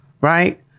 right